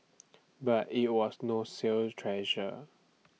but IT was no sales treasure